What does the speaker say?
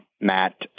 Matt